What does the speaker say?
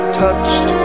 touched